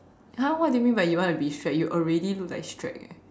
!huh! what do you mean by you want to be Shrek you already look like Shrek eh